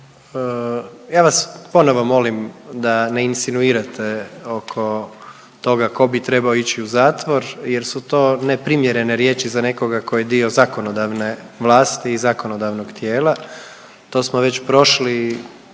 Ja vas ponovo molim da ne insinuirate oko toga tko bi trebao ići u zatvor jer su to neprimjerene riječi za nekoga tko je dio zakonodavne vlasti i zakonodavnog tijela. To smo već prošli,